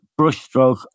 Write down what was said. brushstroke